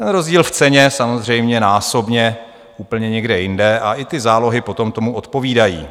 Rozdíl v ceně je samozřejmě násobně úplně někde jinde a i ty zálohy potom tomu odpovídají.